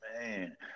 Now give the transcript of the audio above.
Man